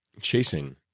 chasing